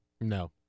No